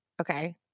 Okay